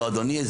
לא אדוני,